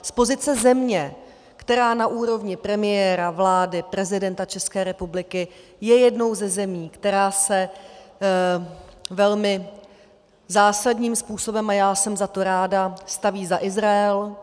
Z pozice země, která na úrovni premiéra, vlády, prezidenta České republiky je jednou ze zemí, která se velmi zásadním způsobem, a já jsem za to ráda, staví za Izrael.